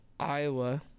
Iowa